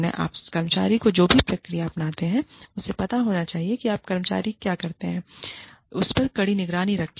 आप कर्मचारी को जो भी प्रक्रिया अपनाते हैं उसे पता होना चाहिए कि आप कर्मचारी क्या करते हैं उस पर कड़ी निगरानी रखेंगे